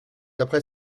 après